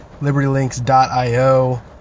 libertylinks.io